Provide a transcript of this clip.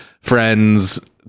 friends